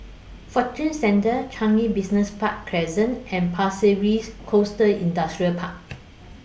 Fortune Centre Changi Business Park Crescent and Pasir Ris Coast Industrial Park